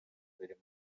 birimo